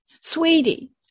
sweetie